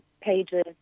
pages